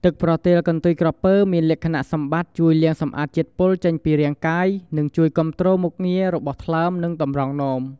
ទឹកប្រទាលកន្ទុយក្រពើមានលក្ខណៈសម្បត្តិជួយលាងសម្អាតជាតិពុលចេញពីរាងកាយ និងជួយគាំទ្រមុខងាររបស់ថ្លើម និងតម្រងនោម។